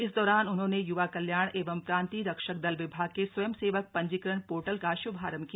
इस दौरान उन्होंने युवा कल्याण एवं प्रान्तीय रक्षक दल विभाग के स्वयंसेवक पंजीकरण पोर्टल का शुभारंभ किया